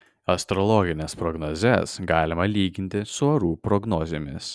astrologines prognozes galima lyginti su orų prognozėmis